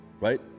right